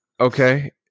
Okay